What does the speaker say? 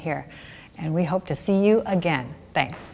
here and we hope to see you again thanks